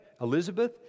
Elizabeth